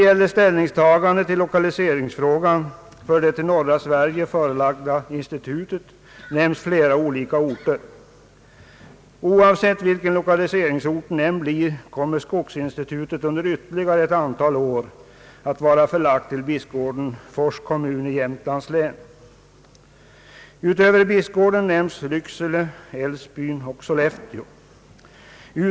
För placeringen av det till norra Sverige förslagna institutet nämns flera olika orter. Oavsett vilken lokaliseringsorten än blir kommer skogsinstitutet under ytterligare ett antal år att vara förlagt till Bispgården i Fors kommun i Jämtlands län. Utöver Bispgården nämns Lycksele, Älvsbyn och Sollefteå.